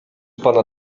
pana